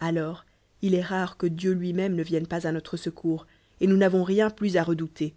alon il est rare que dieu lui-méme ne vienne pas à notre secours et nous n'avons rien plus à redouter